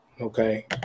okay